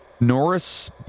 Norris